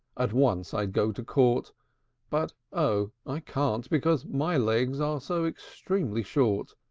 at once i'd go to court but, oh! i can't, because my legs are so extremely short.